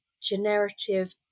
generative